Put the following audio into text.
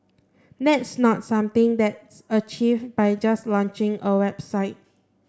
that's not something that's achieved by just launching a website